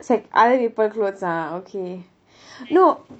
it's like other people clothes ah okay no